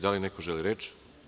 Da li neko želi reč?